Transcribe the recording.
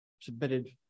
Submitted